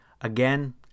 Again